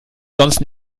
sonst